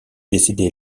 décédé